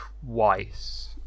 twice